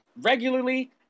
Regularly